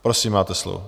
Prosím, máte slovo.